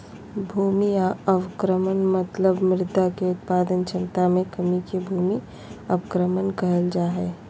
भूमि अवक्रमण मतलब मृदा के उत्पादक क्षमता मे कमी के भूमि अवक्रमण कहल जा हई